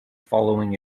following